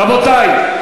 רבותי,